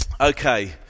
Okay